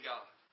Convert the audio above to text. God